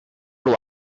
old